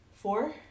Four